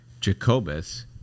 Jacobus